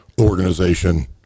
organization